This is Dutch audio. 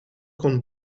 kon